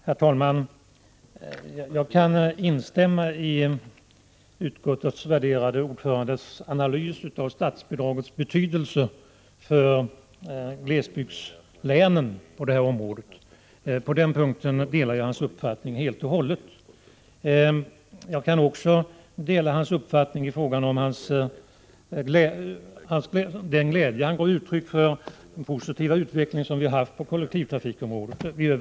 Herr talman! Jag kan instämma i utskottets värderade ordförandes analys av statsbidragets betydelse för glesbygdslänen på detta område. På denna punkt delar jag hans uppfattning helt och hållet. Även den glädje han gav uttryck för beträffande den positiva utvecklingen på kollektivtrafikområdet kan jag dela.